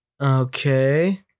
okay